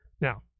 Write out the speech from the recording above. now